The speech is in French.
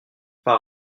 par